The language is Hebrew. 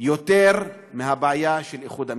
יותר מהבעיה של איחוד המשפחות.